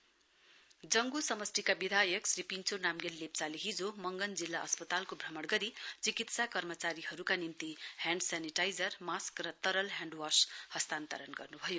कोमीड नर्य जंग् समष्टिका विधायक श्री पिन्छो नाम्गेल लेप्चाले हिजो मंगन जिल्ला अस्पतालको भ्रमण गरी चिकित्सा कर्मचारीहरुका निम्ति ह्याण्ड सेनिटाइजर मास्क र तरल ह्याण्ड वास् हस्तान्तरण गर्नुभयो